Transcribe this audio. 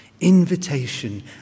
invitation